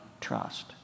trust